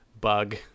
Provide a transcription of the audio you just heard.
bug